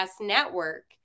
Network